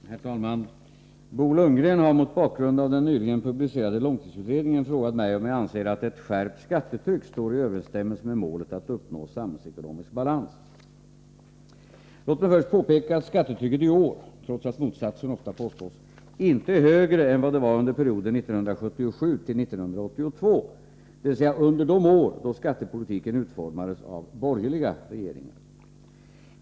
Herr talman! Bo Lundgren har mot bakgrund av den nyligen publicerade långtidsutredningen frågat mig om jag anser att ett skärpt skattetryck står i överensstämmelse med målet att uppnå samhällsekonomisk balans. Låt mig först påpeka att skattetrycket i år — trots att motsatsen ofta påstås — inte är högre än vad det var under perioden 1977-1982, dvs. under de år då skattepolitiken utformades av borgerliga regeringar.